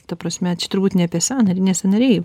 ta prasme čia turbūt ne apie sąnarį ne sąnariai